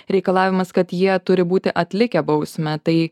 reikalavimas kad jie turi būti atlikę bausmę tai